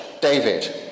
David